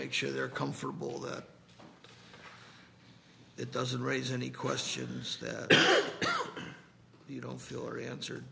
make sure they're comfortable that it doesn't raise any questions that you don't feel or answer